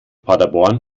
paderborn